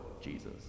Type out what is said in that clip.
Jesus